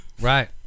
Right